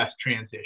transition